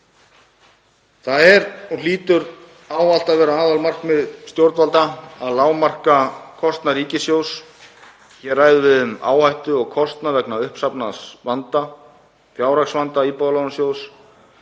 Það er og hlýtur ávallt að vera aðalmarkmið stjórnvalda að lágmarka kostnað ríkissjóðs. Hér ræðum við um áhættu og kostnað vegna uppsafnaðs vanda, fjárhagsvanda Íbúðalánasjóðs